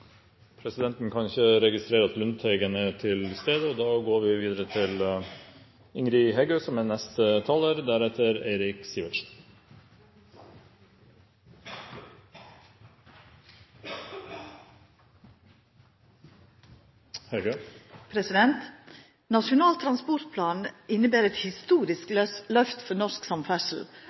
Presidenten kan ikke registrere at representanten Per Olaf Lundteigen er til stede, og da går vi videre til Ingrid Heggø, som er neste taler. Nasjonal transportplan inneber eit historisk løft for norsk samferdsel